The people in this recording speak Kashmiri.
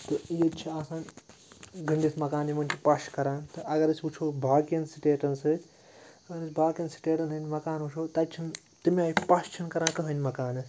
تہٕ ییٚتہِ چھِ آسان گٔنٛڈِتھ مکان یِمَن چھِ پَش کَران تہٕ اگر أسۍ وُچھو باقیَن سِٹیٹَن سۭتۍ اگر أسۍ باقیَن سِٹیٹَن ہنٛدۍ مکان وُچھو تَتہِ چھُنہٕ تَمہِ آیہِ پَش چھُنہٕ کَران کٕہٲنۍ مکانَس